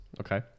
Okay